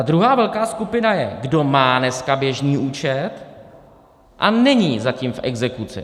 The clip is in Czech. Druhá velká skupina je, kdo má dneska běžný účet a není zatím v exekuci.